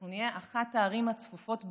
אנחנו נהיה אחת הערים הצפופות בעולם,